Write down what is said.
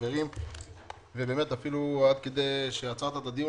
חברים ואפילו עד כדי שעצרת את הדיון,